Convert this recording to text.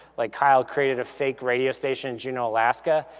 like kyle created a fake radio station juneau alaska.